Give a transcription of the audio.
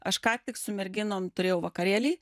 aš ką tik su merginom turėjau vakarėlį